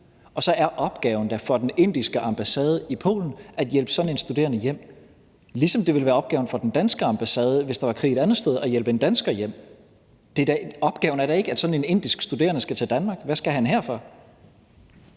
Så er opgaven for den indiske ambassade i Polen da at hjælpe sådan en studerende hjem, ligesom det ville være opgaven for den danske ambassade, hvis der var krig et andet sted, at hjælpe en dansker hjem. Opgaven er da ikke, at sådan en indisk studerende skal til Danmark. Hvad skal han hertil for?